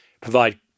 provide